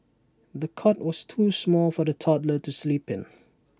the cot was too small for the toddler to sleep in